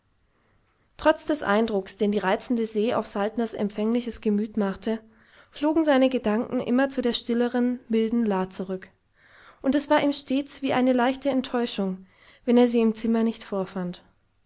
trotz des eindrucks den die reizende se auf saltners empfängliches gemüt machte flogen seine gedanken immer zu der stilleren milden la zurück und es war ihm stets wie eine leichte enttäuschung wenn er sie im zimmer nicht vorfand